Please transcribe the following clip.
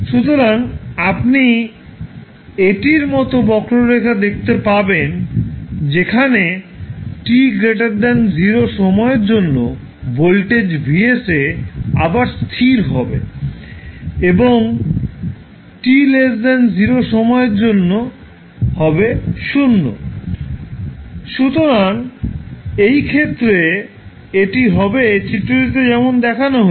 সুতরাং আপনি এটির মতো বক্ররেখা দেখতে পাবেন যেখানে t0 সময়ের জন্য ভোল্টেজ VS এ আবার স্থির হবে এবং t0 সময়ের জন্য হবে 0 সুতরাং সেই ক্ষেত্রে এটি হবে চিত্রটিতে যেমন দেখানো হয়েছে